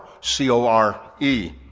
C-O-R-E